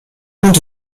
und